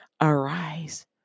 Arise